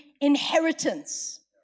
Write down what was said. inheritance